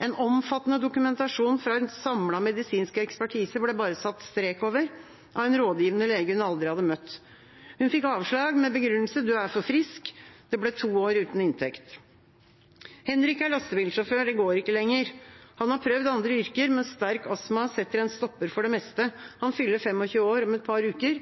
En omfattende dokumentasjon fra en samlet medisinsk ekspertise ble bare satt strek over av en rådgivende lege hun aldri hadde møtt. Hun fikk avslag, med begrunnelsen: Du er for frisk. Det ble to år uten inntekt. Henrik er lastebilsjåfør. Det går ikke lenger. Han har prøvd andre yrker, men sterk astma setter en stopper for det meste. Han fyller 25 år om et par uker.